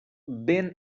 been